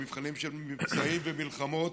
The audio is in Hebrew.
במבחנים שהם מבצעים ומלחמות,